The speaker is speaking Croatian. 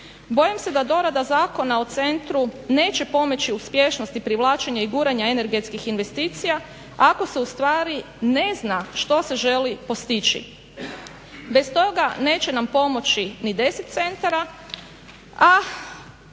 Bojim se da dorada Zakona o centru neće pomoći uspješnosti privlačenja i guranja energetskih investicija ako se ustvari ne zna što se želi postići. Bez toga neće nam pomoći ni 10 centara, a